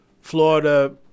Florida –